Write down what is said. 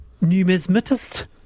numismatist